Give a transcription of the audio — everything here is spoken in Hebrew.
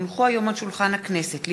כי הונחו היום על שולחן הכנסת,